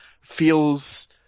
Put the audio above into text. feels